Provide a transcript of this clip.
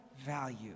value